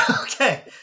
okay